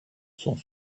sont